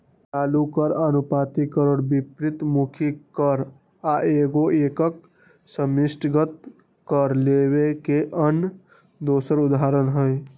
चालू कर, अनुपातिक कर, विपरितमुखी कर आ एगो एकक समष्टिगत कर लेबल के आन दोसर उदाहरण हइ